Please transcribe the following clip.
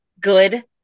good